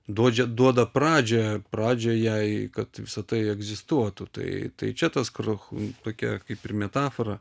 duodžia duoda pradžią pradžią jai kad visa tai egzistuotų tai tai čia tas krach tokia kaip ir metafora